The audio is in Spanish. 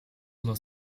los